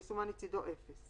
יסומן לצידו אפס